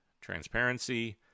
transparency